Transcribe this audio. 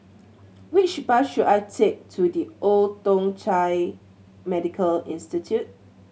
which bus should I take to The Old Thong Chai Medical Institution